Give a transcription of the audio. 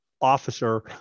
officer